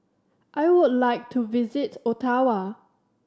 I would like to visit Ottawa